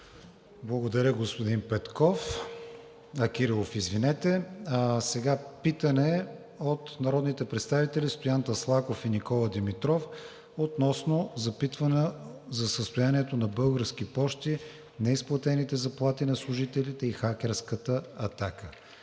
Благодаря, господин Кирилов. Сега питане от народните представители Стоян Таслаков и Никола Димитров относно запитване за състоянието на „Български пощи“ – неизплатените заплати на служителите и хакерската атака.